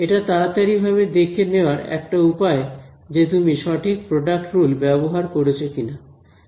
এটা তাড়াতাড়ি ভাবে দেখে নেওয়ার একটা উপায় যে তুমি সঠিক প্রডাক্ট রুল ব্যবহার করেছ কিনা